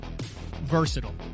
versatile